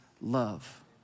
love